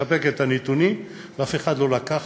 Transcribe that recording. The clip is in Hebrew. תספק את הנתונים, ואף אחד לא לקח